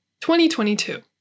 2022